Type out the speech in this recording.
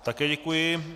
Také děkuji.